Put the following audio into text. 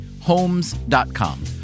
Homes.com